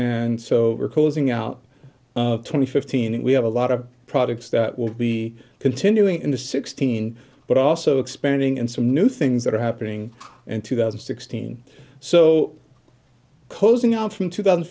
and so we're closing out twenty fifteen and we have a lot of products that will be continuing in the sixteen but also expanding and some new things that are happening in two thousand and sixteen so cozy now from two thousand